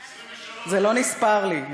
23. זה לא נספר לי.